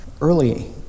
early